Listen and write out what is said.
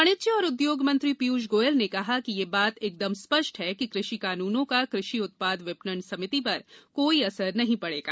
वाणिज्य और उद्योग मंत्री पीयूष गोयल ने कहा कि यह बात एकदम स्पष्ट है कि कृषि कानूनों का कृषि उत्पाद विपणन समिति पर कोई असर नहीं पडेगा